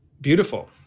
beautiful